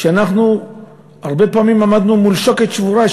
שאנחנו הרבה פעמים עמדנו מול שוקת שבורה,